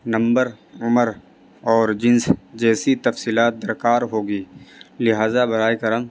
number عمر اور جنس جیسی تفصیلات درکار ہوگی لہٰذا براہ کرم